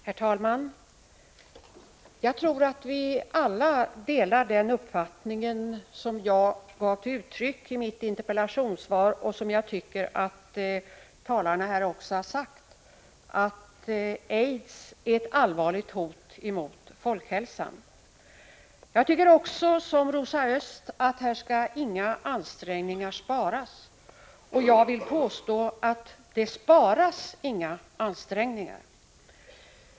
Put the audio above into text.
Herr talman! Jag tror att vi alla delar den uppfattning som jag gav uttryck föri mitt interpellationssvar, och som jag tycker att talarna här också har givit uttryck för: att aids är ett allvarligt hot mot folkhälsan. Jag tycker också som Rosa Östh att här skall inga ansträngningar sparas, och jag vill påstå att det inte heller sparas några ansträngningar.